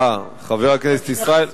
חבר הכנסת ישראל חסון.